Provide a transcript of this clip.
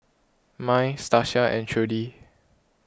Mai Stacia and Trudi